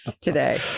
today